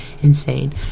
insane